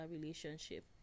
relationship